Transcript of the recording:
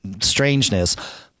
strangeness